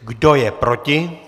Kdo je proti?